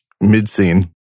mid-scene